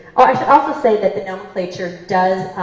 ah i should also say that the nomenclature does